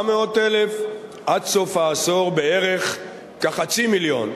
400,000, עד סוף העשור בערך חצי מיליון.